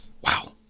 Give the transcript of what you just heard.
wow